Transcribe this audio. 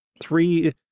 three